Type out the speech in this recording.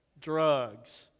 drugs